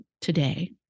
today